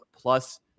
plus